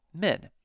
men